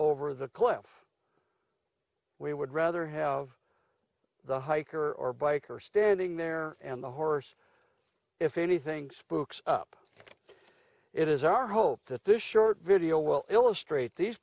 over the cliff we would rather have the hiker or biker standing there and the horse if anything spooks up it is our hope that this short video will illustrate these